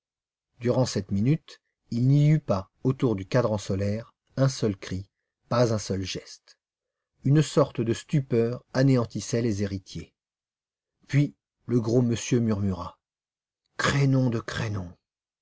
durant cette minute il n'y eut pas autour du cadran solaire un seul cri pas un seul geste une sorte de stupeur anéantissait les héritiers puis le gros monsieur murmura crénom de crénom